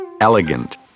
Elegant